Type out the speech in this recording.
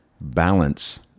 balance